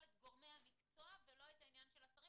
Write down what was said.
את גורמי המקצוע ולא את העניין של השרים,